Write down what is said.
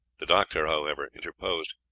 the doctor, however, interposed.